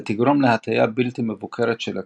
ותגרום להטייה בלתי מבוקרת של הכלי,